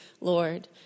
Lord